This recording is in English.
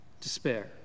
Despair